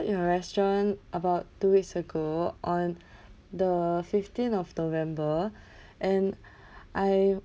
your restaurant about two weeks ago on the fifteenth of november and I